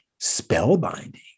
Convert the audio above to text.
spellbinding